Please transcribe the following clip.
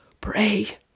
Pray